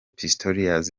pistorius